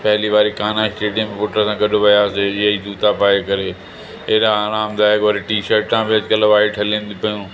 पहिली बारी इकाना स्टेडियम पुट सां गॾु वियासीं इहे ई जूता पाए करे अहिड़ा आराम दाइक़ु वरी टीशर्टां बि अॼुकल्ह वाइट हलनि थी पियूं